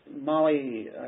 Molly